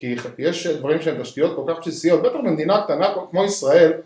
כי יש דברים שהם תשתיות כל כך בסיסיות בטח במדינה קטנה כמו ישראל